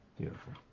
Beautiful